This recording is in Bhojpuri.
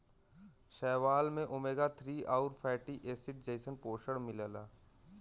शैवाल में ओमेगा थ्री आउर फैटी एसिड जइसन पोषण मिलला